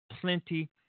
plenty